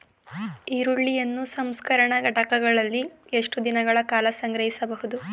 ಈರುಳ್ಳಿಯನ್ನು ಸಂಸ್ಕರಣಾ ಘಟಕಗಳಲ್ಲಿ ಎಷ್ಟು ದಿನಗಳ ಕಾಲ ಸಂಗ್ರಹಿಸಬಹುದು?